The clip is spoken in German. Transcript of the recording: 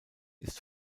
ist